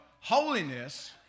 holiness